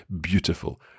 beautiful